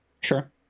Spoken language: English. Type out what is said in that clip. Sure